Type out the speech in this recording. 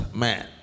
man